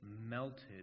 melted